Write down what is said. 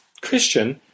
Christian